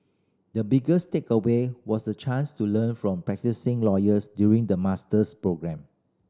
the biggest takeaway was the chance to learn from practising lawyers during the master's programme